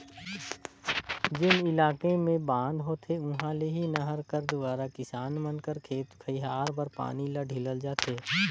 जेन इलाका मे बांध होथे उहा ले ही नहर कर दुवारा किसान मन कर खेत खाएर बर पानी ल ढीलल जाथे